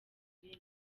umwete